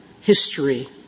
history